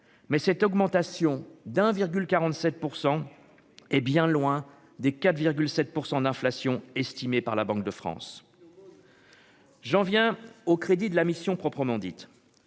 mais cette augmentation d'1,47 % hé bien loin des 4 à 7 % d'inflation estimée par la Banque de France. J'en viens aux crédits de la mission proprement dite,